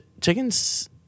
chickens